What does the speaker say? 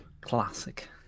Classic